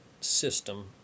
system